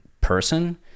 person